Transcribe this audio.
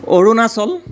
Arunachal